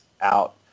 out